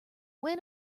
win